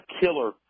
killer